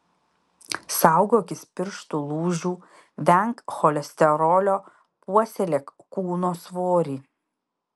saugokis pirštų lūžių venk cholesterolio puoselėk kūno svorį